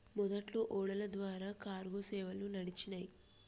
మొదట్లో ఓడల ద్వారా కార్గో సేవలు నడిచినాయ్